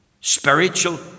spiritual